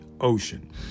Ocean